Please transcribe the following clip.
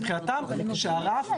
מבחינתם שהרף,